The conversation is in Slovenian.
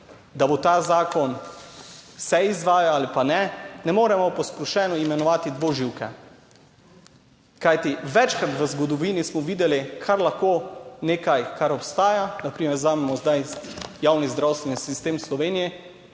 da bo ta zakon se izvaja ali pa ne, ne moremo posplošeno imenovati dvoživke, kajti večkrat v zgodovini smo videli, kar lahko nekaj, kar obstaja, na primer vzamemo zdaj javni zdravstveni sistem v Sloveniji,